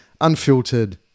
unfiltered